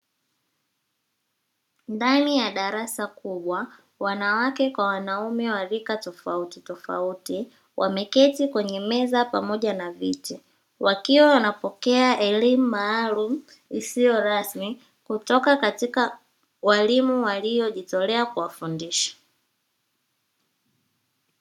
Ndani ya darasa kubwa wanawake kwa wanaume wa lika tofauti tofauti wameketi kwenye meza pamoja na viti wakiwa wanapokea elimu maalum isiyo rasmi kutoka katika walimu walio jitolea kuwafundisha